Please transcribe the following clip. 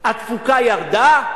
התפוקה ירדה?